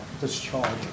discharge